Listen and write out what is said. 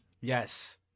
Yes